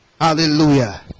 hallelujah